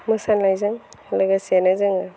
मोसानायजों लोगोसेनो जोङो